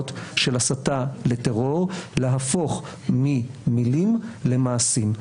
של הסתה לטרור להפוך ממילים למעשים.